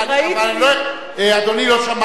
זאת אומרת, ראש הממשלה, אדוני, לא שמעתי.